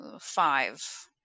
five